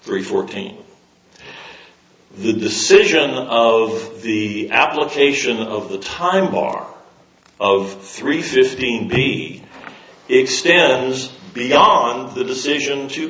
three fourteen the decision of the application of the time bar of three fifteen b extends beyond the decision to